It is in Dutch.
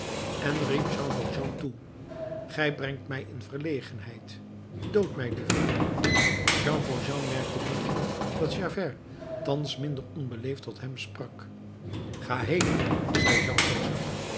en riep jean valjean toe gij brengt mij in verlegenheid dood mij liever jean valjean merkte niet op dat javert thans minder onbeleefd tot hem sprak ga heen zei